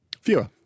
Fewer